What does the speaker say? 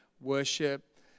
worship